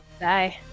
Bye